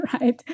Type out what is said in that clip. right